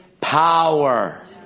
power